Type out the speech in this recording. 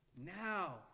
Now